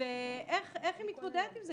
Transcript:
ואיך היא מתמודדת עם זה,